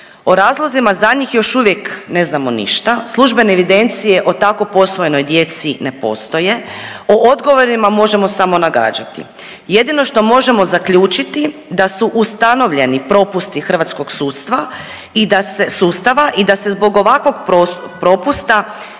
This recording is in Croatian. O razlozima za njih još uvijek ne znamo ništa, službene evidencije o tako posvojenoj djeci ne postoji, o odgovorima možemo samo nagađati. Jedino što možemo zaključiti da su ustanovljeni propusti hrvatskog sudstva i da se, sustava, i da se zbog ovakvog propusta